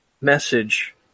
message